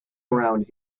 around